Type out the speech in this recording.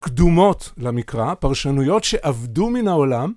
קדומות למקרא, פרשנויות שאבדו מן העולם.